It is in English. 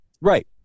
Right